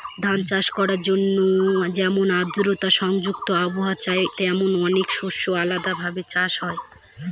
ধান চাষ করার জন্যে যেমন আদ্রতা সংযুক্ত আবহাওয়া চাই, তেমনি অনেক শস্যের আলাদা ভাবে চাষ হয়